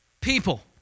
people